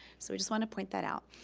so we just wanna point that out.